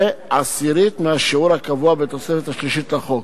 תהיה עשירית מהשיעור הקבוע בתוספת השלישית לחוק.